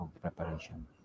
preparation